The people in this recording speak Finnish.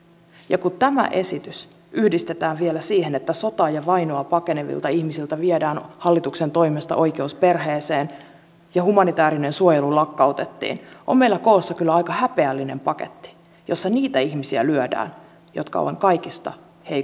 ja kun tämä esitys yhdistetään vielä siihen että sotaa ja vainoa pakenevilta ihmisiltä viedään hallituksen toimesta oikeus perheeseen ja humanitäärinen suojelu lakkautettiin on meillä koossa kyllä aika häpeällinen paketti jossa lyödään niitä ihmisiä jotka ovat kaikista heikoimmilla